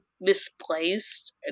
misplaced